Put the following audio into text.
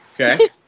Okay